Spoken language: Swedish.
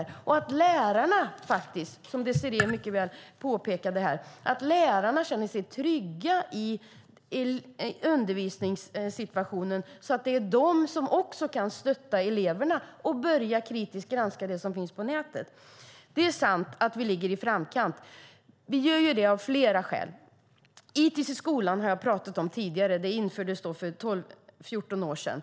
Som Désirée Liljevall mycket väl påpekade måste lärarna känna sig trygga i undervisningssituationen, så att de kan stötta eleverna att kritiskt granska vad som finns på nätet. Det är sant att Sverige ligger i framkant. Vi gör det av flera skäl. Jag har tidigare pratat om ITIS. Den infördes för 12-14 år sedan.